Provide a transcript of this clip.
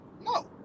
No